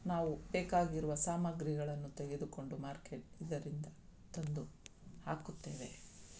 ನಾವು ಬೇಕಾಗಿರುವ ಸಾಮಗ್ರಿಗಳನ್ನು ತೆಗೆದುಕೊಂಡು ಮಾರ್ಕೇಟ್ ಇದರಿಂದ ತಂದು ಹಾಕುತ್ತೇವೆ